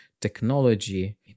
technology